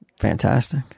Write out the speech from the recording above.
fantastic